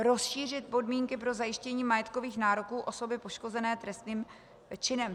Rozšířit podmínky pro zajištění majetkových nároků osoby poškozené trestným činem.